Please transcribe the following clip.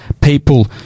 people